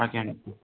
ଆଜ୍ଞା ଆଜ୍ଞା